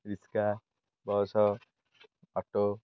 rickshaw bus auto